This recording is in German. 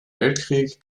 weltkrieg